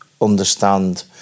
understand